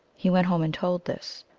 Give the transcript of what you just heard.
he went home and told this.